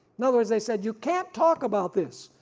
in other words they said you can't talk about this.